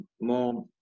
more